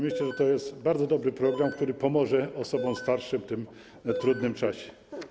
Myślę, że to jest bardzo dobry program, który pomoże osobom starszym w tym trudnym czasie.